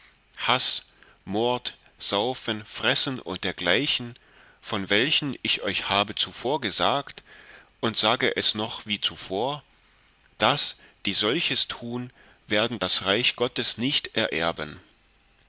haß mord saufen fressen und dergleichen von welchen ich euch habe zuvor gesagt und sage es noch wie zuvor daß die solches tun werden das reich gottes nicht ererben